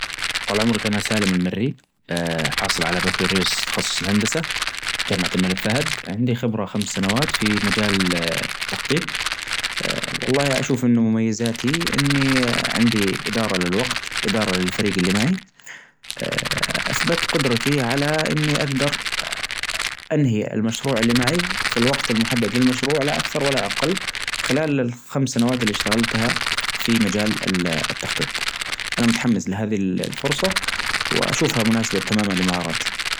طال عمرك انا سالم المري أ حاصل على بكالوريوس تخصص الهندسة جامعة الملك فهد عندي خبرة خمس سنوات في مجال التخطيط، أ والله أشوف أن مميزاتي إني أ عندي إدارة للوقت إدارة للفريج اللي معي أ أثبت قدرتي على إني أقدر أنهي المشروع اللي معي في الوقت المحدد للمشروع لا أكثر ولا أقل خلال الخمس سنوات اللي اشتغلتها في مجال ال-التخطيط، أنا متحمس لهذه الفرصة وأشوفها مناسبة تماما لمهاراتي.